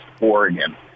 Oregon